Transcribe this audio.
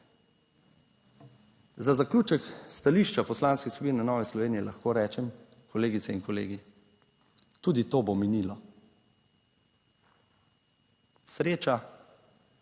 Za zaključek stališča Poslanske skupine Nove Slovenije lahko rečem: kolegice in kolegi, tudi to bo minilo. Sreča